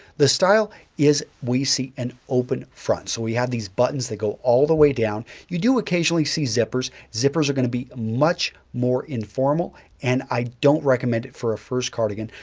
the style is we see an open front, so we have these buttons that go all the way down. you do occasionally see zippers. zippers are going to be much more informal and i don't recommend it for a first cardigan,